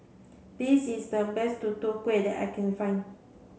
this is the best Tutu Kueh that I can find